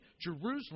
Jerusalem